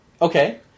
Okay